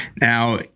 Now